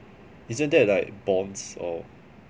isn't that like bonds or